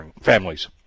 families